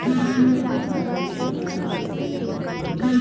मक्का के फसल कइसे करथे?